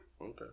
Okay